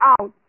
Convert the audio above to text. out